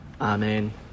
amen